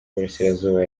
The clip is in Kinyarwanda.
y’uburasirazuba